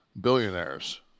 billionaires